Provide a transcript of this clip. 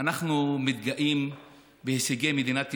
אנחנו מתגאים בהישגי מדינת ישראל,